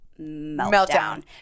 meltdown